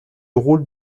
rôle